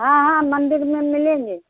हाँ हाँ मंदिर में मिलेंगे